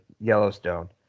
Yellowstone